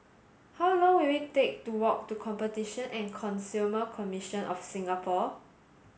how long will it take to walk to Competition and Consumer Commission of Singapore